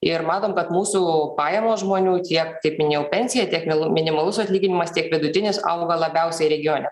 ir matom kad mūsų pajamos žmonių tiek kaip minėjau pensija tiek minimalus atlyginimas tiek vidutinis auga labiausiai regione